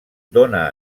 dóna